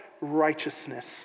righteousness